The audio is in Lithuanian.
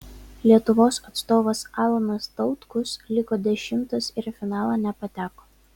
lietuvos atstovas alanas tautkus liko dešimtas ir į finalą nepateko